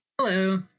Hello